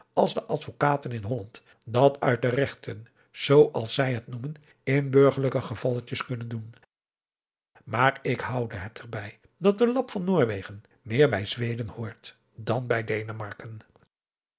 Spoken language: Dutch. als de advokaten in holland dat uit de regten zoo als zij het noemen in burgerlijke gevalletjes kunnen doen maar ik houde het er bij dat de lap van noorwegen meer bij zweden hoort dan bij denemarken